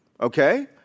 okay